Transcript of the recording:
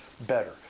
better